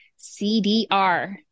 CDR